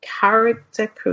character